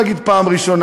אני לא אגיד פעם ראשונה,